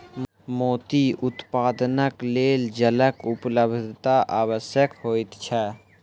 मोती उत्पादनक लेल जलक उपलब्धता आवश्यक होइत छै